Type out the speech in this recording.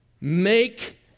Make